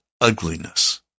ugliness